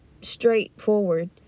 straightforward